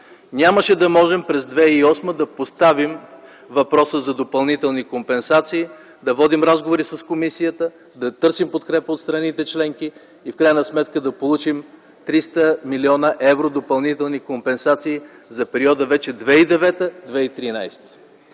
нямаше да можем през 2008 г. да поставим въпроса за допълнителни компенсации, да водим разговори с Комисията, да търсим подкрепа от страните членки и в крайна сметка да получим 300 млн. евро допълнителни компенсации вече за периода 2009-2013